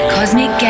Cosmic